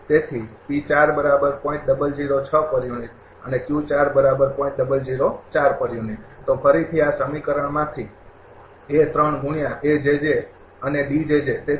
તેથી અને તો ફરીથી આ સમીકરણ માંથી અને તેથી